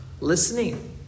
listening